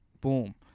Boom